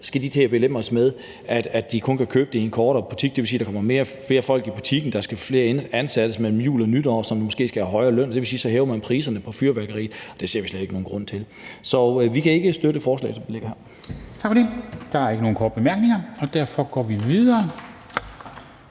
skal de til at belemres med, at de kun kan købe fyrværkeriet i en kortere periode, det vil sige, der kommer flere folk i butikken, der skal ansættes flere mellem jul og nytår, og de skal måske have højere løn, det vil sige, at man hæver priserne på fyrværkeriet. Det ser vi slet ikke nogen grund til. Så vi kan ikke støtte forslaget, som det foreligger her. Kl. 11:05 Formanden (Henrik Dam Kristensen): Tak for det. Der er ikke nogen korte bemærkninger. Derfor går vi videre